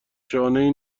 شانهای